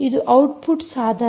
ಇದು ಔಟ್ಪುಟ್ ಸಾಧನ